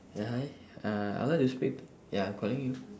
ya hi uh I would like to speak ya I am calling you